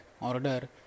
order